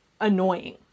Annoying